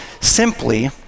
simply